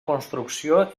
construcció